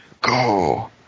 Go